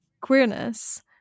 queerness